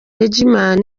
hegman